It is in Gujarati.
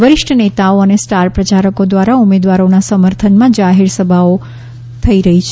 વરિષ્ઠ નેતાઓ અને સ્ટાર પ્રયારકો દ્વારા ઉમેદવારોના સમર્થનમાં જાહેર સભાઓ થોજી રહ્યા છે